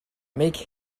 make